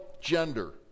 gender